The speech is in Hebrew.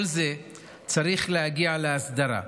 כל זה צריך להגיע להסדרה.